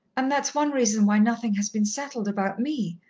and that's one reason why nothing has been settled about me.